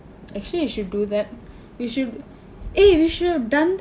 actually you should do that we should eh we should've done that